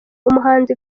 umuhanzi